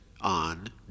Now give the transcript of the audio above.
on